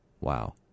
Wow